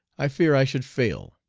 i fear i should fail.